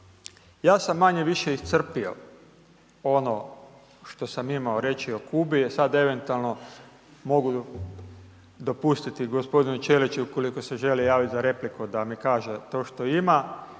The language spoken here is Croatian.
ja sam manje-više iscrpio ono što sam imao reći o Kubi, e sad eventualno mogu dopustiti gospodinu Ćeliću ukoliko se želi javiti za repliku da mi kaže to što ima.